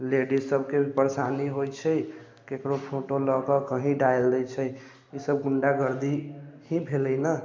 लेडीजसभके परेशानी होइ छै ककरो फोटो लऽ कऽ कहीँ डालि दै छै ईसभ गुण्डागर्दी ही भेलै ने